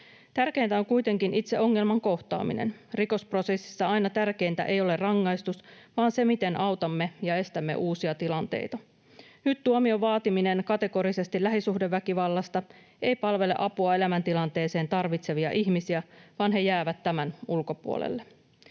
Tärkeintä on kuitenkin itse ongelman kohtaaminen. Rikosprosessissa tärkeintä ei aina ole rangaistus, vaan se, miten autamme ja estämme uusia tilanteita. Nyt tuomion vaatiminen kategorisesti lähisuhdeväkivallasta ei palvele apua elämäntilanteeseensa tarvitsevia ihmisiä, vaan he jäävät tämän ulkopuolelle.